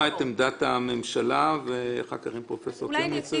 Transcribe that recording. את עמדת הממשלה ואחר כך את פרופסור קרמניצר.